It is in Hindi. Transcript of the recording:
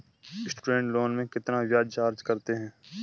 स्टूडेंट लोन में कितना ब्याज चार्ज करते हैं?